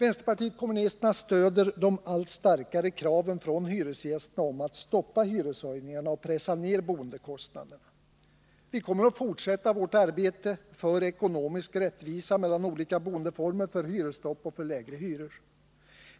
Vpk stöder de allt starkare kraven från hyresgästerna om att stoppa hyreshöjningarna och pressa ned boendekostnaderna. Vi kommer att fortsätta vårt arbete för ekonomisk rättvisa mellan olika boendeformer, för hyresstopp och lägre hyror.